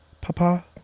papa